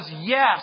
Yes